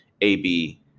AB